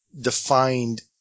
defined